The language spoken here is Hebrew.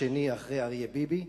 השני אחרי אריה ביבי,